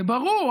זה ברור.